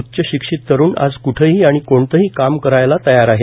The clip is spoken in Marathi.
उच्च शिक्षित तरुण आज कुठेही आणि कोणतेही काम करायला तयार आहेत